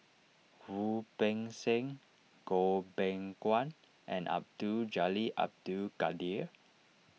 Wu Peng Seng Goh Beng Kwan and Abdul Jalil Abdul Kadir